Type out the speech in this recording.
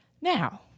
Now